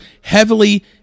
heavily